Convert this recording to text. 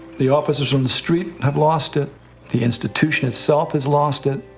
the officers on the street have lost it the institution itself has lost it.